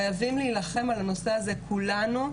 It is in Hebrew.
חייבים להילחם על הנושא הזה כולנו,